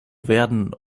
werden